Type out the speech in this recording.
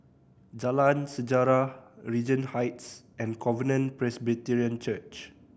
Jalan Sejarah Regent Heights and Covenant Presbyterian Church